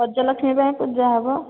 ଗଜଲକ୍ଷ୍ମୀ ପାଇଁ ପୂଜା ହେବ